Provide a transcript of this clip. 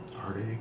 Heartache